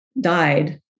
died